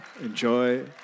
enjoy